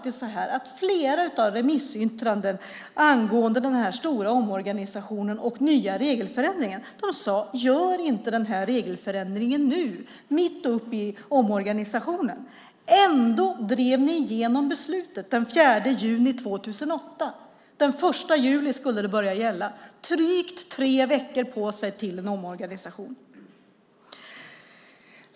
I flera av remissyttrandena angående den stora omorganisationen och nya regelförändringen sade man: Gör inte regelförändringen nu mitt uppe i omorganisationen. Ändå drev ni igenom beslutet den 4 juni 2008. Det skulle börja gälla den 1 juli. Försäkringskassan fick drygt tre veckor på sig till en omorganisation.